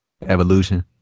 Evolution